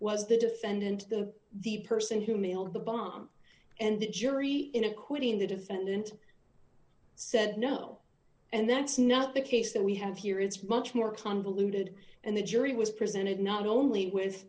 was the defendant the the person who mailed the bomb and the jury in acquitting the defendant said no and that's not the case that we have here it's much more convoluted and the jury was presented not only with